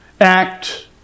act